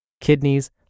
kidneys